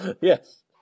Yes